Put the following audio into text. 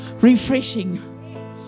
refreshing